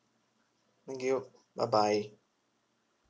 thank you bye bye